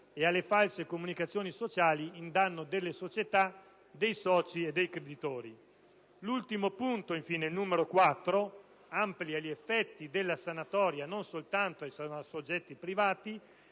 e alle false comunicazioni sociali in danno delle società, dei soci e dei creditori. L'ultimo punto, il 4), amplia gli effetti della sanatoria non soltanto ai soggetti privati